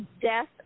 death